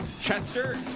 Chester